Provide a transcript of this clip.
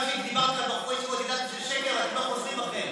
גם כשדיברת על בחורי ישיבות ידעתם שזה שקר ואתם לא חוזרים בכם.